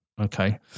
okay